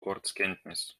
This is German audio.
ortskenntnis